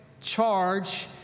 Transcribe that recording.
charge